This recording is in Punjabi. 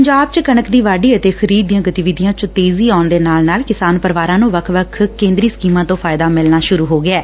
ਪੰਜਾਬ ਚ ਕਣਕ ਦੀ ਵਾਢੀ ਅਤੇ ਖਰੀਦ ਦੀਆ ਗਤੀਵਿਧੀਆ ਚ ਤੇਜ਼ੀ ਆਉਣ ਦੇ ਨਾਲ ਨਾਲ ਕਿਸਾਨ ਪਰਿਵਾਰਾ ਨੂੰ ਵੱਖ ਵੱਖ ਕੇਂਦਰੀ ਸਕੀਮਾਂ ਤੋਂ ਫਾਇਦਾ ਮਿਲਣਾ ਸੁਰੂ ਹੋ ਗਿਐ